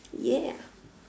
ya